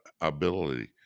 ability